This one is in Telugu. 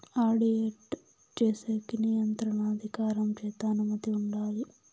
ఆడిట్ చేసేకి నియంత్రణ అధికారం చేత అనుమతి ఉండాలి